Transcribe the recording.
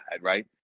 right